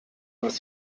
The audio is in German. was